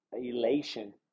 elation